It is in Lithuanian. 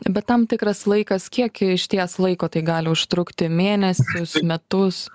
bet tam tikras laikas kiek išties laiko tai gali užtrukti mėnesius metus